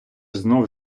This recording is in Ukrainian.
знов